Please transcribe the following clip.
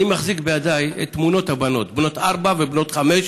אני מחזיק בידיי את תמונות הבנות, בנות ארבע וחמש.